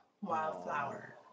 Wildflower